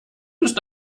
ist